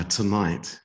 tonight